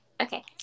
Okay